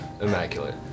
immaculate